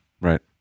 right